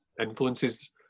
influences